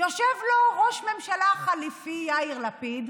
יושב לו ראש ממשלה חליפי, יאיר לפיד,